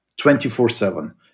24-7